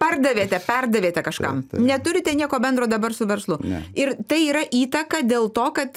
pardavėte perdavėte kažkam neturite nieko bendro dabar su verslu ir tai yra įtaka dėl to kad